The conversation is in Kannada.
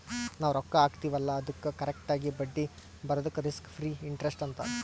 ನಾವ್ ರೊಕ್ಕಾ ಹಾಕ್ತಿವ್ ಅಲ್ಲಾ ಅದ್ದುಕ್ ಕರೆಕ್ಟ್ ಆಗಿ ಬಡ್ಡಿ ಬರದುಕ್ ರಿಸ್ಕ್ ಫ್ರೀ ಇಂಟರೆಸ್ಟ್ ಅಂತಾರ್